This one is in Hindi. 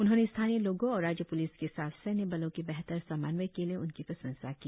उन्होंने स्थानीय लोगो और राज्य प्लिस के साथ सैन्य बलो के बेहतर समन्वय के लिए उनकी प्रशंसा की